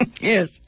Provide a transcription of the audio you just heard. Yes